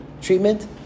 treatment